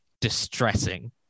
Distressing